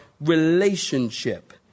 relationship